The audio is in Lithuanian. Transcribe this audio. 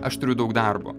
aš turiu daug darbo